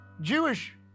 Jewish